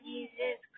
Jesus